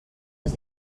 els